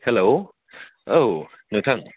hello औ नोंथां